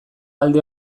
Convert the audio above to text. alde